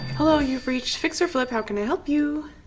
hello you've reached fix-or-flip, how can i help you?